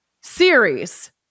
Series